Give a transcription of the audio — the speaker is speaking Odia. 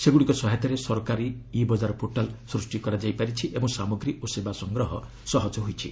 ସେଗୁଡ଼ିକ ସହାୟତାରେ ସରକାରୀ ଇ ବଜାର ପୋର୍ଟାଲ୍ ସୃଷ୍ଟି କରାଯାଇପାରିଛି ଏବଂ ସାମଗ୍ରୀ ଓ ସେବା ସଂଗ୍ରହ ସହଜ ହୋଇଛି